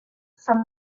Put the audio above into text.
from